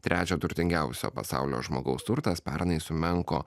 trečio turtingiausio pasaulio žmogaus turtas pernai sumenko